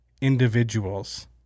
individuals